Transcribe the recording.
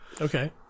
Okay